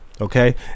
Okay